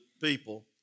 people